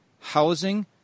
housing